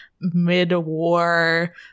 mid-war